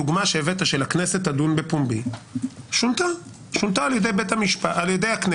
הדוגמה שהבאת שהכנסת תדון בפומבי שונתה על ידי הכנסת.